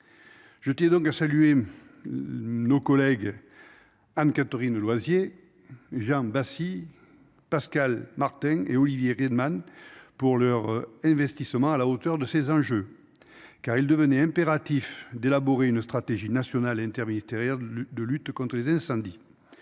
Je tiens donc à saluer. Nos collègues. Anne-Catherine Loisier. Bassi. Pascale Martin et Olivier. Pour leurs investissements à la hauteur de ces enjeux. Car il devenait impératif d'élaborer une stratégie nationale interministérielle de lutte contre les incendies.